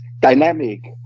dynamic